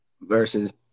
Versus